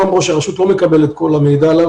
היום ראש הרשות לא מקבל את כל המידע.